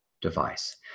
device